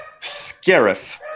Scarif